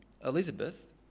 Elizabeth